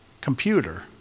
computer